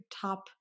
top